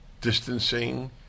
distancing